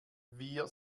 wir